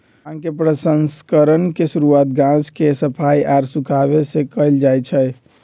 भांग के प्रसंस्करण के शुरुआत गाछ के सफाई आऽ सुखाबे से कयल जाइ छइ